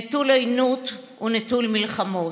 נטול עוינות ונטול מלחמות.